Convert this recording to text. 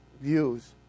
views